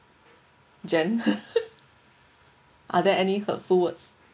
jen are there any hurtful words